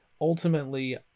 ultimately